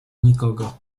nikogo